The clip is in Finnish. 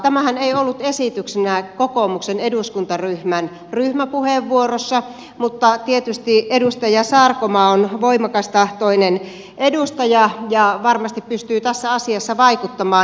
tämähän ei ollut esityksenä kokoomuksen eduskuntaryhmän ryhmäpuheenvuorossa mutta tietysti edustaja sarkomaa on voimakastahtoinen edustaja ja varmasti pystyy tässä asiassa vaikuttamaan kovasti